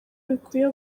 bikwiye